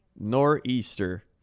Nor'easter